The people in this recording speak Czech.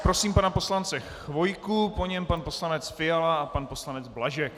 Prosím pana poslance Chvojku, po něm pan poslanec Fiala a pan poslanec Blažek.